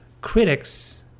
critics